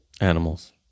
animals